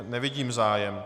Nevidím zájem.